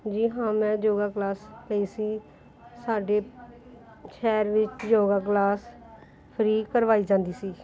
ਜੀ ਹਾਂ ਮੈਂ ਯੋਗਾ ਕਲਾਸ ਲਈ ਸੀ ਸਾਡੇ ਸ਼ਹਿਰ ਵਿੱਚ ਯੋਗਾ ਕਲਾਸ ਫ੍ਰੀ ਕਰਵਾਈ ਜਾਂਦੀ ਸੀ